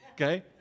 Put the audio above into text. okay